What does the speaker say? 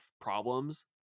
problems